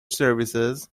services